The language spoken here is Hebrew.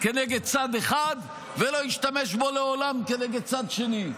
כנגד צד אחד, ולא ישתמש בו לעולם כנגד צד שני.